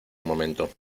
momento